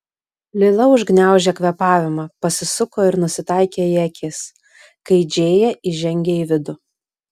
lila užgniaužė kvėpavimą pasisuko ir nusitaikė į akis kai džėja įžengė į vidų